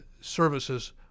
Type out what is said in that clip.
services